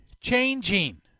changing